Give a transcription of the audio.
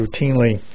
routinely